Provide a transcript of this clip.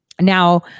Now